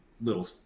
little